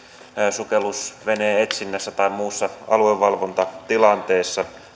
sukellusveneen etsinnässä tai muussa aluevalvontatilanteessa